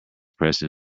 pressed